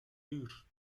uur